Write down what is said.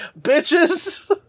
bitches